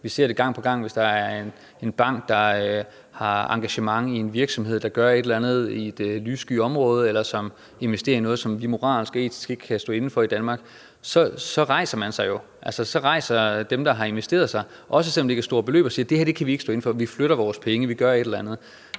Vi ser det gang på gang. Hvis der er en bank, der har engagement i en virksomhed, der gør et eller andet i det lyssky område, eller som investerer i noget, som vi moralsk og etisk ikke kan stå inde for i Danmark, så rejser dem, der har investeret, sig, også selv om det ikke er store beløb, og siger, at det her kan vi ikke stå inde for; vi flytter vores penge, vi gør et eller andet.